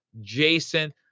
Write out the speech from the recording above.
Jason